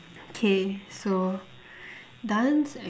K so dance and